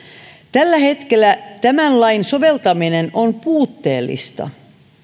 tällä hetkellä tämän lain soveltaminen on puutteellista